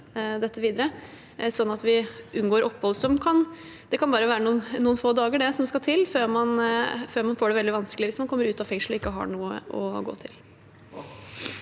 at vi unngår opphold i oppfølgingen. Det kan være bare noen få dager som skal til før man får det veldig vanskelig hvis man kommer ut av fengslet og ikke har noe å gå til.